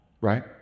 Right